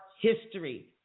history